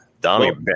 Dominic